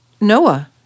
Noah